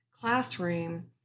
classroom